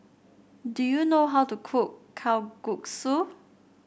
do you know how to cook Kalguksu